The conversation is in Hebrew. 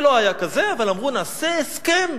ולא היה כזה, אבל אמרו: נעשה הסכם,